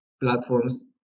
platforms